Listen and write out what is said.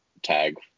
tag